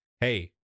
Hey